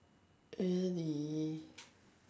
really